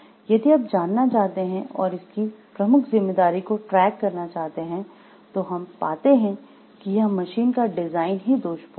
यदि आप जानना चाहते हैं और इसकी प्रमुख जिम्मेदारी को ट्रैक करना चाहते हैं तो हम पाते हैं कि यह मशीन का डिज़ाइन ही दोषपूर्ण थी